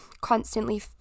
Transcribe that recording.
constantly